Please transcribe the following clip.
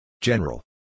General